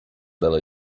dela